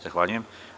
Zahvaljujem.